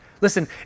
Listen